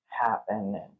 happen